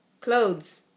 clothes